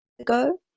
ago